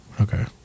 Okay